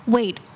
Wait